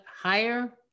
higher